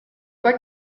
pas